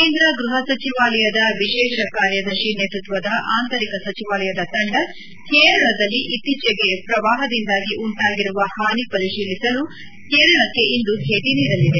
ಕೇಂದ್ರ ಗ್ಬಹ ಸಚಿವಾಲಯದ ವಿಶೇಷ ಕಾರ್ಯದರ್ಶಿ ನೇತ್ಪತ್ನದ ಆಂತರಿಕ ಸಚಿವಾಲಯದ ತಂದ ಕೇರಳದಲ್ಲಿ ಇತ್ತೀಚೆಗೆ ಪ್ರವಾಹದಿಂದಾಗಿ ಉಂಟಾಗಿರುವ ಹಾನಿ ಪರಿಶೀಲಿಸಲು ಕೇರಳಕ್ಕೆ ಇಂದು ಭೇಟಿ ನೀಡಲಿದೆ